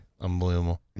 Unbelievable